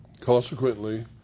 Consequently